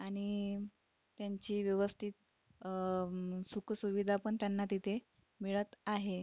आणि त्यांची व्यवस्थित सुखसुविधा पण त्यांना तिथे मिळत आहे